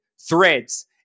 threads